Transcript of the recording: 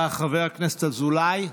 אזולאי,